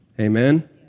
Amen